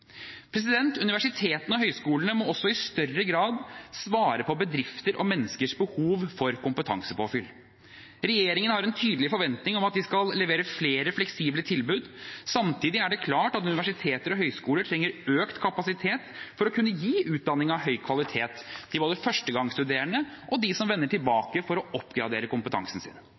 Universitetene og høyskolene må også i større grad svare på bedrifters og menneskers behov for kompetansepåfyll. Regjeringen har en tydelig forventning om at de skal levere flere fleksible tilbud. Samtidig er det klart at universiteter og høyskoler trenger økt kapasitet for å kunne gi utdanning av høy kvalitet til både førstegangsstuderende og de som vender tilbake for å oppgradere kompetansen sin.